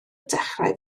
dechrau